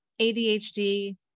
ADHD